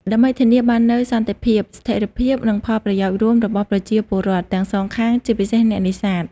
ដើម្បីធានាបាននូវសន្តិភាព ស្ថិរភាព និងផលប្រយោជន៍រួមរបស់ប្រជាពលរដ្ឋទាំងសងខាង ជាពិសេសអ្នកនេសាទ។